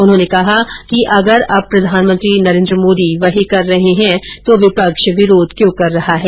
उन्होंने कहा कि अगर अब प्रधानमंत्री नरेन्द्र मोदी वही कर रहे हैं तो विपक्ष विरोध क्यों कर रहा है